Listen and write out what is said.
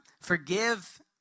Forgive